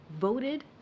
voted